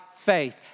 faith